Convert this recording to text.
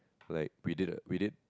like we did a we did